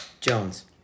Jones